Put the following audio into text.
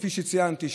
כפי שציינתי,